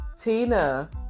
Tina